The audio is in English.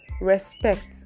respect